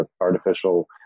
artificial